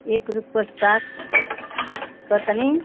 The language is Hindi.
एक रुपया सात कतनी